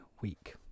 week